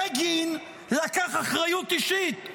בגין לקח אחריות אישית.